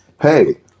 Hey